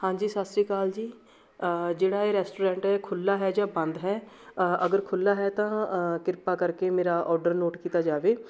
ਹਾਂਜੀ ਸਤਿ ਸ਼੍ਰੀ ਅਕਾਲ ਜੀ ਜਿਹੜਾ ਇਹ ਰੈਸਟੋਰੈਂਟ ਖੁੱਲ੍ਹਾ ਹੈ ਜਾਂ ਬੰਦ ਹੈ ਅਗਰ ਖੁੱਲ੍ਹਾ ਹੈ ਤਾਂ ਕਿਰਪਾ ਕਰਕੇ ਮੇਰਾ ਔਡਰ ਨੋਟ ਕੀਤਾ ਜਾਵੇ